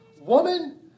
Woman